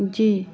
जी